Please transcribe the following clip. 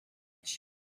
edge